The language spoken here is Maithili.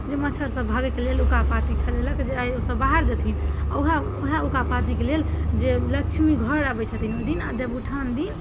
जे मच्छर सब भागैके लेल ऊका पाती खेलेलक जे आइ ओसब बाहर जेथिन ओहए ओहए ऊका पातीके लेल जे लक्ष्मी घर आबैत छथिन ओहिदिन आ देवउठाओन दिन